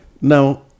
Now